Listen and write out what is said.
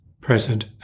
present